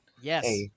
Yes